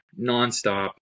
nonstop